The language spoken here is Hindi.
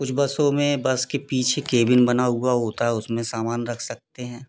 कुछ बसों में बस के पीछे केबिन बना हुआ होता है उसमें सामान रख सकते हैं